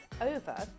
over